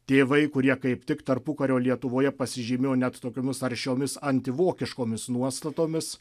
tėvai kurie kaip tik tarpukario lietuvoje pasižymėjo net tokiomis aršiomis antivokiškomis nuostatomis